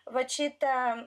vat šitą